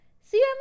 See